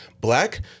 black